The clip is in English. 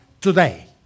today